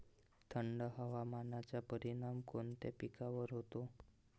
थंड हवामानाचा परिणाम कोणत्या पिकावर होतो?